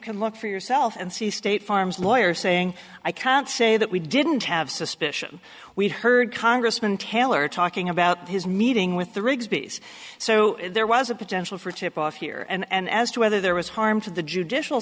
can look for yourself and see state farm's lawyers saying i can't say that we didn't have suspicion we'd heard congressman taylor talking about his meeting with the riggs peace so there was a potential for tipoff here and as to whether there was harm to the judicial